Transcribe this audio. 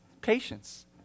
patience